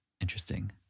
Interesting